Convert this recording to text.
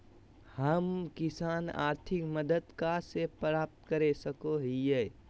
हम किसान आर्थिक मदत कहा से प्राप्त कर सको हियय?